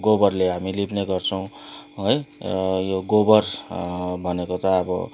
गोबरले हामी लिप्ने गर्छौँ है र यो गोबर भनेको त अब